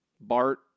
Bart